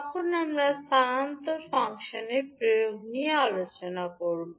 তখন আমরা স্থানান্তর ফাংশনের প্রয়োগ নিয়ে আলোচনা করব